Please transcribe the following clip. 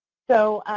so,